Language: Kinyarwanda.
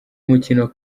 mukino